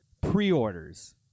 pre-orders